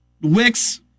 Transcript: Wicks